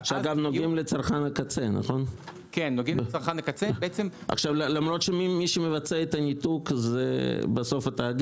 שנוגעים לצרכן הקצה- - למרות שמי שמבצע את הניתוק זה התאגיד.